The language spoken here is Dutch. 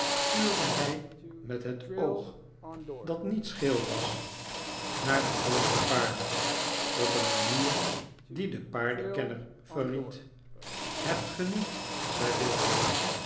tuurde hij met het oog dat niet ik ga op reis scheel was naar de voorste paarden op een manier die den paardenkenner verried hebt ge niet zei